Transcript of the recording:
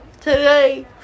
today